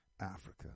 Africa